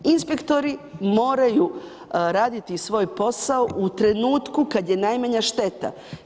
Inspektori moraju raditi svoj posao u trenutku kada je najmanja šteta.